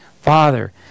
Father